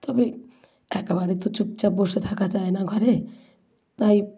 তবে একেবারে তো চুপচাপ বসে থাকা যায় না ঘরে তাই